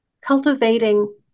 cultivating